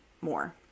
more